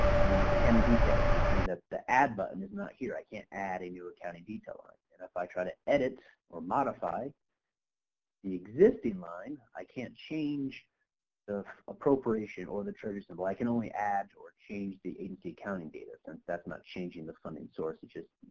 the accounting details, you see that the add button is not here, i can't add a new accounting detail on it and if i try edit or modify the existing line i can't change the appropriation or the treasury symbol. i can only add or change the agency accounting data since that's not changing the funding source it's just,